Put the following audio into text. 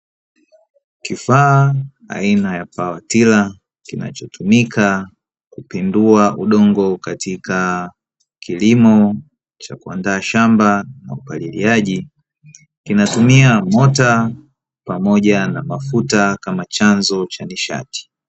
Kifaa aina ya pawatila kinachotumika kupindua udongo katika kilimo cha kuandaa shamba na upaliliaji, kinatumia mota pamoja na mafuta kama chanzo cha nishati.